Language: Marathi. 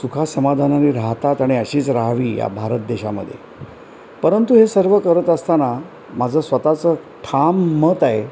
सुखासमाधानाने राहतात आणि अशीच राहावी या भारत देशामधे परंतु हे सर्व करत असताना माझं स्वतःचं ठाम मत आहे